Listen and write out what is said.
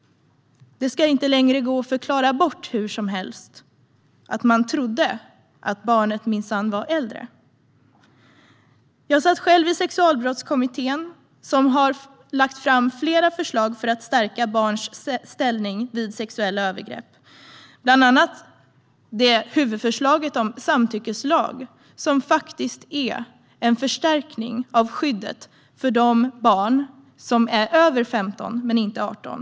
Det ska inte längre gå att hur som helst förklara bort att man trodde att barnet minsann var äldre. Jag satt med i Sexualbrottskommittén, som har lagt fram flera förslag för att stärka barns ställning vid sexuella övergrepp, bland annat huvudförslaget om en samtyckeslag, som faktiskt är en förstärkning av skyddet för de barn som är över 15 men inte 18 år.